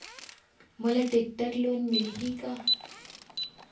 मोला tractor loan मिलही का?